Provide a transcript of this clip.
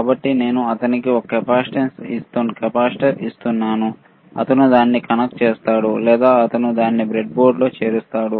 కాబట్టి నేను అతనికి ఒక కెపాసిటర్ ఇస్తాను అతను దానిని కనెక్ట్ చేస్తాడు లేదా అతను దానిని బ్రెడ్బోర్డ్లో చేర్చుతాడు